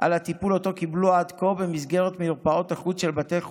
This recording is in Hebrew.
על הטיפול שאותו קיבלו עד כה במסגרת מרפאות החוץ של בתי חולים,